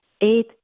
eight